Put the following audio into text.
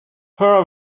her